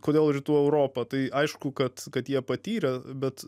kodėl rytų europa tai aišku kad kad jie patyrę bet